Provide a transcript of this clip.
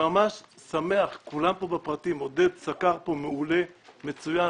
עודד פורר סקר כאן מעולה ומצוין.